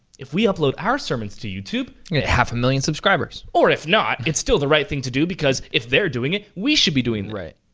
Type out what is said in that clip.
if we upload our sermons to youtube. get half a million subscribers. or if not, it's still the right thing to do because if they're doing it, we should be doing it. right.